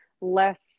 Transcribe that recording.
less